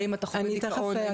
האם אתה חווה חרדה?